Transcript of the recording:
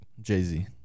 Jay-Z